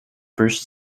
first